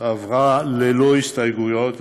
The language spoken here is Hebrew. והיא עברה ללא הסתייגויות,